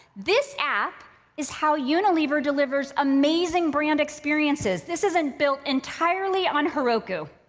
this app is how unilever delivers amazing brand experiences, this is and built entirely on heroku.